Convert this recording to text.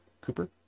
cooper